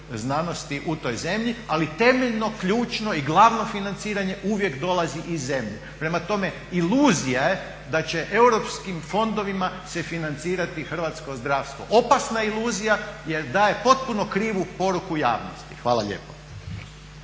znanosti u toj zemlji, ali temeljno ključno i glavno financiranje uvijek dolazi iz zemlje. Prema tome, iluzija je da će europskim fondovima se financirati hrvatsko zdravstvo, opasna iluzija jer daje potpuno krivu poruku javnosti. Hvala lijepa.